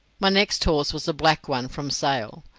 my next horse was a black one from sale,